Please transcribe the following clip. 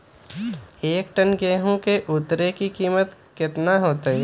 एक टन गेंहू के उतरे के कीमत कितना होतई?